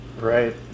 Right